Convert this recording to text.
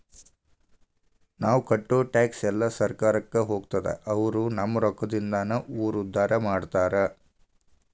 ನಾವ್ ಕಟ್ಟೋ ಟ್ಯಾಕ್ಸ್ ಎಲ್ಲಾ ಸರ್ಕಾರಕ್ಕ ಹೋಗ್ತದ ಅವ್ರು ನಮ್ ರೊಕ್ಕದಿಂದಾನ ಊರ್ ಉದ್ದಾರ ಮಾಡ್ತಾರಾ